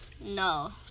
No